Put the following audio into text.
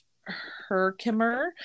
Herkimer